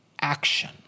action